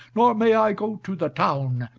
nor may i go to the town,